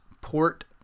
Port